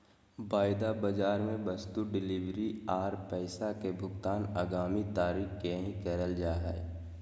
वायदा बाजार मे वस्तु डिलीवरी आर पैसा के भुगतान आगामी तारीख के ही करल जा हय